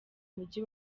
mujyi